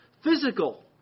Physical